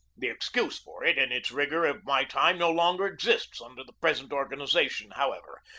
the excuse for it in its rigor of my time no longer exists under the pres ent organization, however.